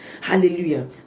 Hallelujah